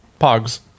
Pogs